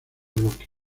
bloque